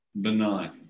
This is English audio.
benign